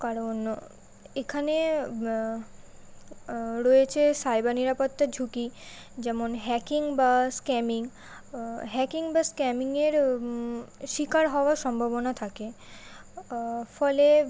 কারণ এখানে রয়েছে সাইবার নিরাপত্তার ঝুঁকি যেমন হ্যাকিং বা স্ক্যামিং হ্যাকিং বা স্ক্যামিংয়ের শিকার হওয়ার সম্ভাবনা থাকে ফলে